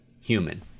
human